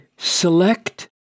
Select